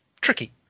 Tricky